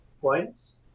points